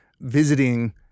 visiting